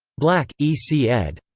black, e c. ed.